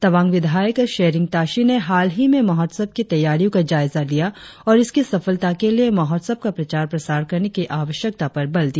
तवांग विधायक सेरिंग ताशी ने हाल ही में महोत्सव की तेयारियो का जायजा लिया और इसकी सफलता के लिए महोत्सव का प्रचार प्रसार करने की आवश्यकता पर बल दिया